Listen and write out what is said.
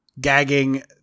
gagging